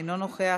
אינו נוכח.